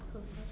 so sad